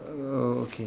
oh okay